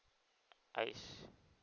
I see